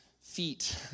feet